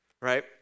right